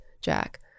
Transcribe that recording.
Jack